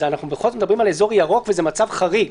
בכל זאת אנחנו מדברים על אזור ירוק, וזה מצב חריג.